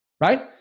Right